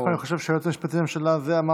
דווקא אני חושב שהיועץ המשפטי לממשלה אמר